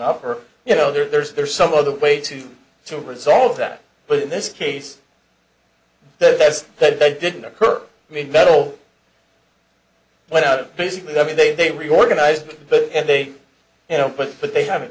up or you know there's there's some other way to to resolve that but in this case that's that they didn't occur i mean metal went out of basically i mean they they reorganize and they you know but but they haven't